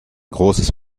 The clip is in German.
großes